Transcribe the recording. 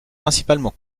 principalement